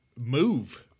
move